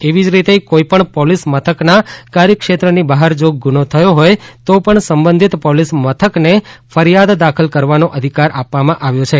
એવી જ રીતે કોઇપણ પોલીસ મથકના કાર્યક્ષેત્રની બહાર જો ગુન્હો થયો હોય તો પણ સંબંધિત પોલીસ મથકને ફરીયાદ દાખલ કરવાનો અધિકાર આપવામાં આવ્યો છે